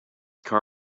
car